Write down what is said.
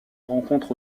rencontre